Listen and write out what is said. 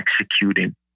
executing